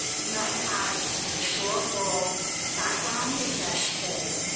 might have a historical background that's, say,